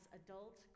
adult